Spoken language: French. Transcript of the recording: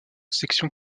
section